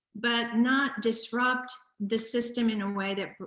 but not disrupt the system in a way that